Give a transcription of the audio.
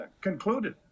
concluded